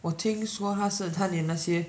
我听说他是他连那些